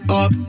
up